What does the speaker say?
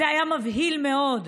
זה היה מבהיל מאוד.